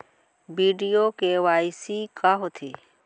video KYC का होथे